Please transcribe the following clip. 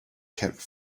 kept